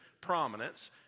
prominence